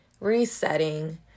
resetting